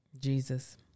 Jesus